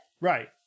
Right